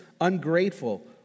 ungrateful